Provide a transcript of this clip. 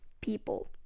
people